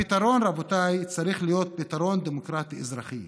הפתרון, רבותיי, צריך להיות פתרון דמוקרטי-אזרחי,